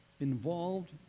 involved